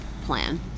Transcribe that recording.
plan